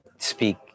speak